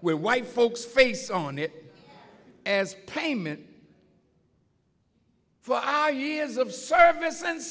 where white folks face on it as payment for our years of service and